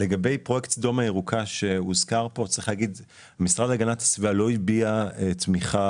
לגבי פרויקט סדום הירוקה המשרד להגנת הסביבה לא הביע תמיכה,